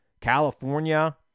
California